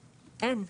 אין.